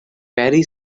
perry